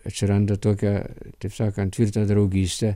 atsiranda tokia taip sakant tvirta draugystė